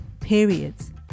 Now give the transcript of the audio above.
periods